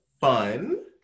fun